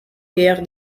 pierre